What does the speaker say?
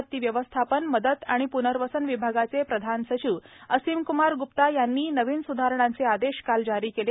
आपती व्यवस्थापन मदत तथा प्नर्वसन विभागाचे प्रधान सचिव असीम क्मार ग्रसा यांनी नवीन सुधारणांचे आदेश काल जारी केले